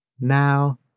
now